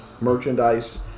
merchandise